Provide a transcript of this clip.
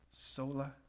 Sola